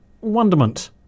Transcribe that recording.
wonderment